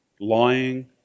lying